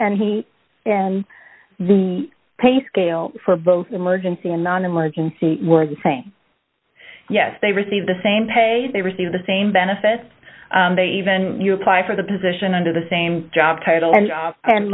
and he and the pay scale for both emergency and nonemergency were the same yes they receive the same pay they receive the same benefits they even when you apply for the position under the same job title and